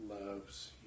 loves